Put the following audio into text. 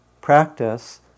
practice